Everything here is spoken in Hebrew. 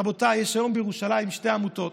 רבותיי, יש היום בירושלים שתי עמותות